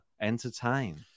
entertain